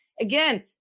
again